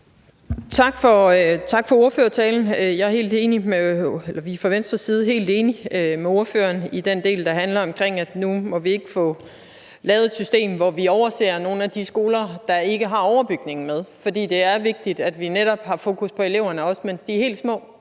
Tak for ordførertalen. Vi er fra Venstres side helt enige med ordføreren i den del, der handler om, at vi ikke må få lavet et system nu, hvor vi overser nogle af de skoler, der ikke har overbygningen med. For det er vigtigt, at vi netop også har fokus på eleverne, mens de er helt små.